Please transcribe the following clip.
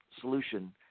solution